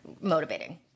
motivating